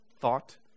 thought